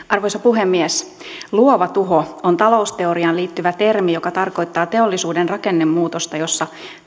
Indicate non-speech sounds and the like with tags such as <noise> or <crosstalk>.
<unintelligible> arvoisa puhemies luova tuho on talousteoriaan liittyvä termi joka tarkoittaa teollisuuden rakennemuutosta jossa